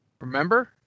remember